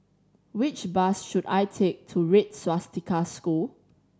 which bus should I take to Red Swastika School